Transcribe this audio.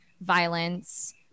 violence